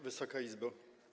Wysoka Izbo!